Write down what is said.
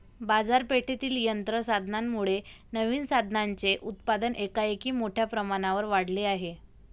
बाजारपेठेतील यंत्र साधनांमुळे नवीन साधनांचे उत्पादन एकाएकी मोठ्या प्रमाणावर वाढले आहे